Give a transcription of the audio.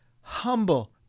humble